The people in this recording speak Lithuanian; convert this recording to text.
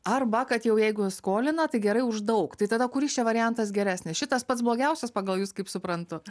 arba kad jau jeigu skolina tai gerai už daug tai tada kuris čia variantas geresnis šitas pats blogiausias pagal jus kaip suprantu